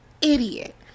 idiot